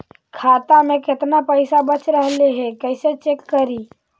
खाता में केतना पैसा बच रहले हे कैसे चेक करी?